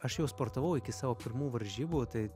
aš jau sportavau iki savo pirmų varžybų tai